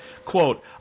Quote